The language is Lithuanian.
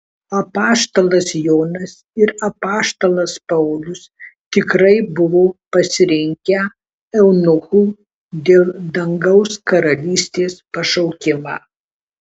apaštalas jonas ir apaštalas paulius tikrai buvo pasirinkę eunuchų dėl dangaus karalystės pašaukimą